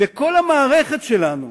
וכל המערכת שלנו